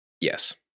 Yes